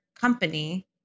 company